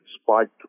spiked